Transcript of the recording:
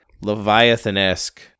Leviathan-esque